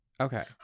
Okay